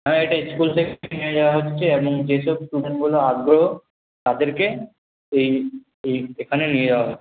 হ্যাঁ এটা স্কুল থেকে নিয়ে যাওয়া হচ্ছে এমন যে সব স্টুডেন্টগুলো আগ্রহ তাদেরকে ওই ওই সেখানে নিয়ে যাওয়া হচ্ছে